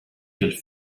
qu’elle